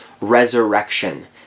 resurrection